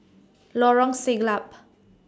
Lorong Siglap